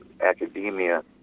academia